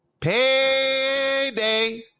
payday